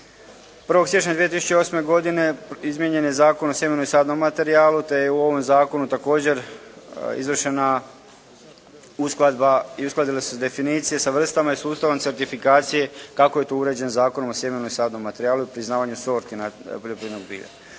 1. siječnja 2008. godine izmijenjen je Zakon o sjemenu i sadnom materijalu, te je u ovom zakonu također izvršena uskladba i uskladile su se definicije sa vrstama i sustavom certifikacije kako je to uređeno Zakonom o sjemenu i sadnom materijalu i priznavanju sorti na poljoprivredno bilje.